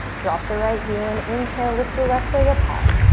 drop the right heel and inhale, lift the left leg up high.